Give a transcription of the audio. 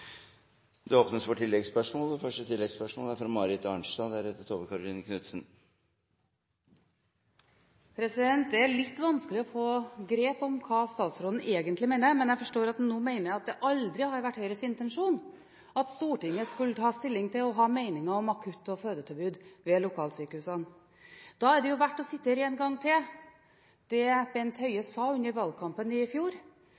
Det blir oppfølgingsspørsmål – først Marit Arnstad. Det er litt vanskelig å få grep om hva statsråden egentlig mener, men jeg forstår at han nå mener at det aldri har vært Høyres intensjon at Stortinget skulle ta stilling til og ha meninger om akutt- og fødetilbudet ved lokalsykehusene. Da er det verdt å sitere én gang til det Bent Høie sa under valgkampen i fjor: